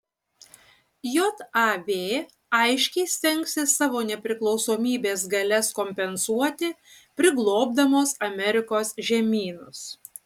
jav aiškiai stengsis savo nepriklausomybės galias kompensuoti priglobdamos amerikos žemynus